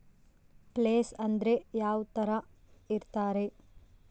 Place ಅಂದ್ರೆ ಯಾವ್ತರ ಇರ್ತಾರೆ?